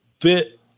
bit